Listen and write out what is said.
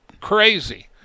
crazy